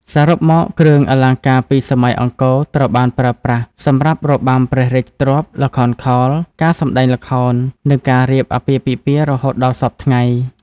សរុបមក គ្រឿងអលង្ការពីសម័យអង្គរត្រូវបានប្រើប្រាស់សម្រាប់របាំព្រះរាជទ្រព្យ ល្ខោនខោល ការសម្តែងល្ខោននិងការរៀបអាពាហ៍ពិពាហ៍រហូតដល់សព្វថ្ងៃ។